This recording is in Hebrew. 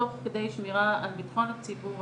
תוך כדי שמירה על ביטחון הציבור,